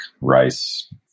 rice